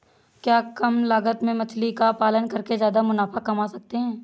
क्या कम लागत में मछली का पालन करके ज्यादा मुनाफा कमा सकते हैं?